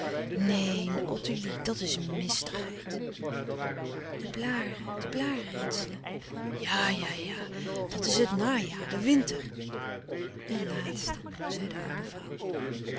neen ottilie dat is mistigheid de blâren de blâren ritselen ja ja ja dat is het najaar de winter de laatste zei de oude vrouw